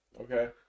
Okay